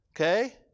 Okay